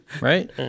Right